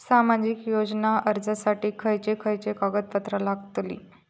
सामाजिक योजना अर्जासाठी खयचे खयचे कागदपत्रा लागतली?